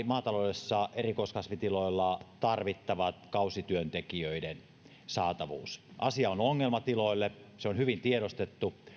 maataloudessa erikoiskasvitiloilla tarvittavien kausityöntekijöiden saatavuuden asia on ongelma tiloille se on hyvin tiedostettu